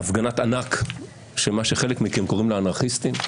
הפגנת ענק, שחלק מכם קוראים להם "אנרכיסטים".